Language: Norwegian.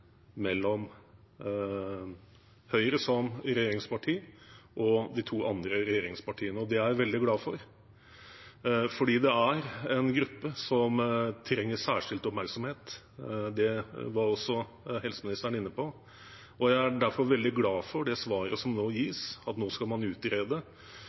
mellom Høyre og de to andre regjeringspartiene. Det er jeg veldig glad for, for det er en gruppe som trenger særskilt oppmerksomhet. Det var også helseministeren inne på. Jeg er derfor veldig glad for det svaret som nå gis, at man nå skal utrede